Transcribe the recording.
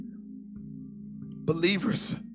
Believers